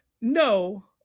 no